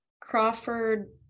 Crawford